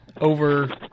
over